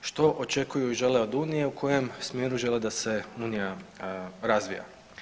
što očekuju i žele od Unije, u kojem smjeru žele da se Unija razvija.